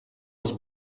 was